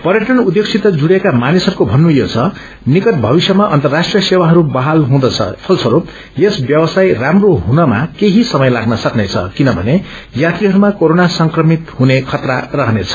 पर्यटन उद्योगसित जुड़िएका मानिसहरूको थन्नु यो छ कि निकट भविष्यमा अन्तर्राष्ट्रीय सेवाहरू बहाल हुँदछ फलस्वरूप येस व्यवसाय राम्रो हुनमा केही संयय लाग्न सक्नेछ किनम्ने यात्रीहरूमा क्रेरोना संक्रमित हुने खतरा रह्नेछ